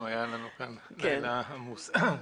היה לנו כאן לילה עמוס,